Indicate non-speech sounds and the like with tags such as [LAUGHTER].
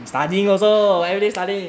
[LAUGHS]